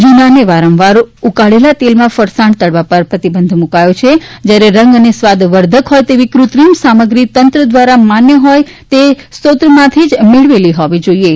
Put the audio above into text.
જૂના અને વારંવાર ઉકાળેલા તેલમાં ફરસાણ તળવા ઉપર પ્રતિબંધ મુકાયો છે જ્યારે રંગ અને સ્વાદવર્ધક હોય તેવી કૃત્રિમ સામગ્રી તંત્ર દ્વારા માન્ય હોય તે સ્રોતમાંથી મેળવેલી હોવી જોઇએ